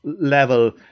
level